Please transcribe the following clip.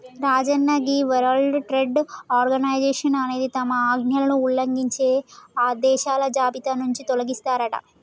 రాజన్న గీ World Trade Organisation అనేది తమ ఆజ్ఞలను ఉల్లంఘించే దేశాల జాబితా నుంచి తొలగిస్తారట